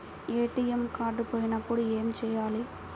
ATM card పోయినప్పుడు ఏమి చేయాలి?